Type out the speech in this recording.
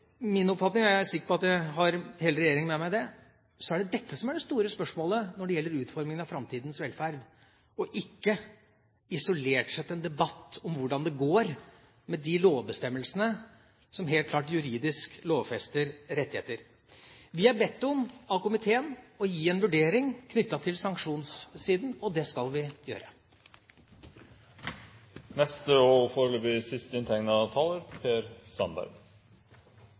er sikker på at jeg har hele regjeringa med meg i det – er det dette som er det store spørsmålet når det gjelder utformingen av framtidas velferd. Dette er ikke isolert sett en debatt om hvordan det går med de lovbestemmelsene som helt klart juridisk lovfester rettigheter. Vi er bedt om av komiteen å gi en vurdering knyttet til sanksjonssiden, og det skal vi